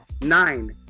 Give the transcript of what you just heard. nine